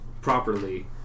properly